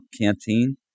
Canteen